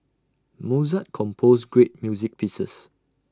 Mozart composed great music pieces